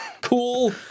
cool